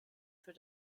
für